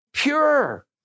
Pure